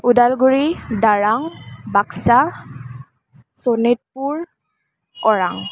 Udalguri Darrang Baksa Sonitpur Orang